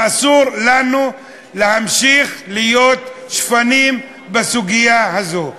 ואסור לנו להמשיך להיות שפנים בסוגיה הזאת.